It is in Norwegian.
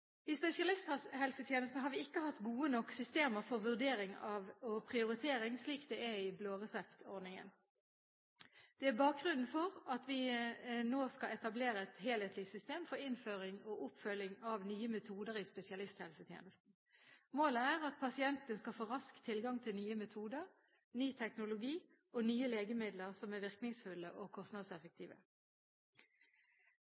I spesialisthelsetjenesten har vi ikke hatt gode nok systemer for vurdering og prioriteringer, slik det er i blåreseptordningen. Det er bakgrunnen for at vi nå skal etablere et helhetlig system for innføring og oppfølging av nye metoder i spesialisthelsetjenesten. Målet er at pasientene skal få rask tilgang til nye metoder, ny teknologi og nye legemidler som er virkningsfulle og